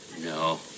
No